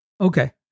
Okay